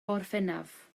orffennaf